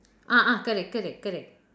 ah ah correct correct correct